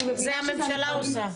זה הממשלה עושה.